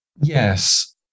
Yes